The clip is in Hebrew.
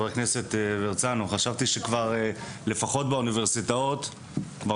חשבתי שכבר לפחות באוניברסיטאות כבר